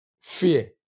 Fear